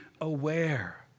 aware